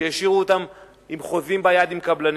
שהשאירו אותם עם חוזים ביד עם קבלנים.